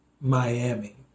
Miami